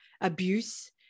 abuse